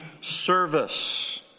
service